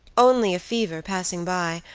only a fever passing by,